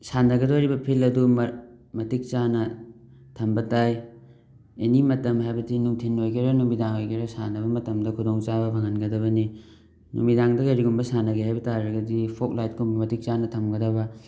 ꯁꯥꯟꯅꯒꯗꯧꯔꯤꯕ ꯐꯤꯜ ꯑꯗꯨ ꯃꯇꯤꯛ ꯆꯥꯅ ꯊꯝꯕ ꯇꯥꯏ ꯑꯦꯅꯤ ꯃꯇꯝ ꯍꯥꯏꯕꯗꯤ ꯅꯨꯡꯊꯤꯟ ꯑꯣꯏꯒꯦꯔꯥ ꯅꯨꯃꯤꯗꯥꯡ ꯑꯣꯏꯒꯦꯔꯥ ꯁꯥꯟꯅꯕ ꯃꯇꯝꯗ ꯈꯨꯗꯣꯡ ꯆꯥꯕ ꯐꯪꯍꯟꯒꯗꯕꯅꯤ ꯅꯨꯃꯤꯗꯥꯡꯗ ꯀꯔꯤꯒꯨꯝꯕ ꯁꯥꯟꯅꯒꯦ ꯍꯥꯏꯕ ꯇꯥꯔꯒꯗꯤ ꯐꯣꯒ ꯂꯥꯏꯠ ꯀꯨꯝꯕ ꯃꯇꯤꯛ ꯆꯥꯅ ꯊꯝꯒꯗꯕ